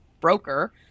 broker